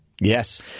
Yes